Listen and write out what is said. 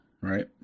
right